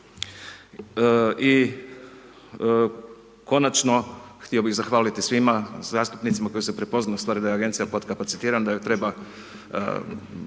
I konačno htio bih zahvaliti svima zastupnicima koji su prepoznali ustvari da je agencija pod kapacitirana da ju treba